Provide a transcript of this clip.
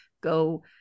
go